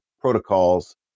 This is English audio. protocols